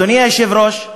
אדוני היושב-ראש,